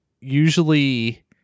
usually